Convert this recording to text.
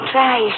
Try